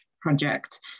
project